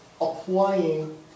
applying